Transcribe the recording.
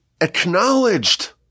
acknowledged